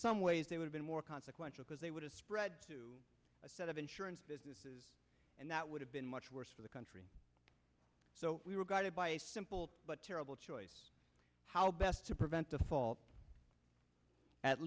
some ways they would've been more consequential because they would have spread to a set of insurance businesses and that would have been much worse for the country so we were guided by a simple but terrible choice how best to prevent default at